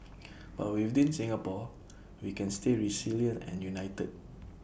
but within Singapore we can stay resilient and united